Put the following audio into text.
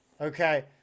Okay